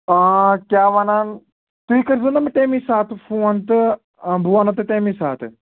آ کیٛاہ وَنان تُہۍ کٔرۍ زیٚو نہٕ مےٚ تَمی ساتہٕ فون تہٕ بہٕ وَنہو تۄہہِ تَمی ساتہٕ